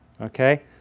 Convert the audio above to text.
Okay